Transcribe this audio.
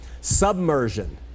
Submersion